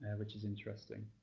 which is interesting.